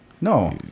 No